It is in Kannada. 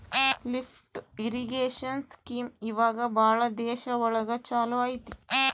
ಲಿಫ್ಟ್ ಇರಿಗೇಷನ್ ಸ್ಕೀಂ ಇವಾಗ ಭಾಳ ದೇಶ ಒಳಗ ಚಾಲೂ ಅಯ್ತಿ